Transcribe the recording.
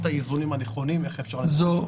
את האיזונים הנכונים ואיך אפשר לעשות משהו.